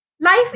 life